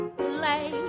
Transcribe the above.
play